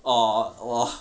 oh !wah!